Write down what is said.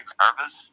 nervous